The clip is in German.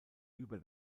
über